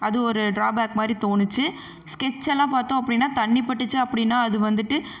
அது ஒரு ட்ராபேக் மாதிரி தோணுச்சு ஸ்கெட்ச்செல்லாம் பார்த்தோம் அப்படின்னா தண்ணி பட்டுச்சு அப்படின்னா அது வந்துவிட்டு